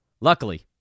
Luckily